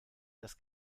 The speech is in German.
das